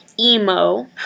emo